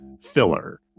filler